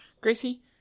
Gracie